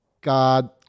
God